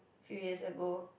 three years ago